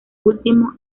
último